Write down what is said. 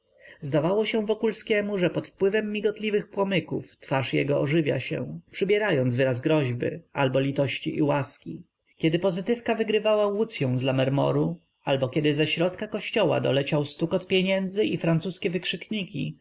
zdawało się wokulskiemu że pod wpływem migotliwych płomyków twarz jego ożywia się przybierając wyraz groźby albo litości i łaski kiedy pozytywka wygrywała łucyą z lamermoru albo kiedy ze środka kościoła doleciał stukot pieniędzy i francuskie wykrzykniki